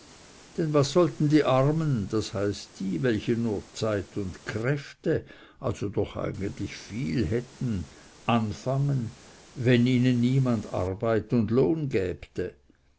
denn was sollten die armen das heißt die welche nur zeit und kräfte also doch eigentlich viel hätten anfangen wenn ihnen niemand arbeit und lohn gäbte